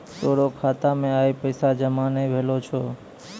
तोरो खाता मे आइ पैसा जमा नै भेलो छौं